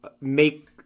Make